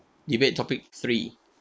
debate topic three